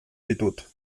ditut